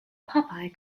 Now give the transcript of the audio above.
popeye